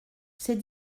ces